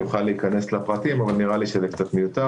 אוכל להיכנס לפרטים אבל נראה לי שזה מיותר.